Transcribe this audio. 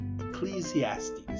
Ecclesiastes